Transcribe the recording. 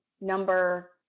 number